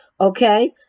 okay